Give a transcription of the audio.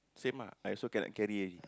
same lah I also cannot carry already